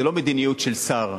זה לא מדיניות של שר,